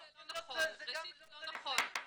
זה לא נכון.